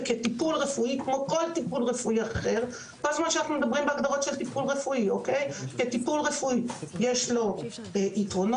וכטיפול רפואי כמו כל טיפול רפואי אחר יש לו יתרונות,